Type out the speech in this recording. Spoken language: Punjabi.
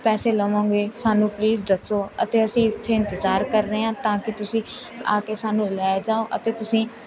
ਪੈਸੇ ਲਵੋਗੇ ਸਾਨੂੰ ਪਲੀਜ਼ ਦੱਸੋ ਅਤੇ ਅਸੀਂ ਇੱਥੇ ਇੰਤਜ਼ਾਰ ਕਰ ਰਹੇ ਹਾਂ ਤਾਂ ਕਿ ਤੁਸੀਂ ਆ ਕੇ ਸਾਨੂੰ ਲੈ ਜਾਓ ਅਤੇ ਤੁਸੀਂ